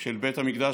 של בית המקדש,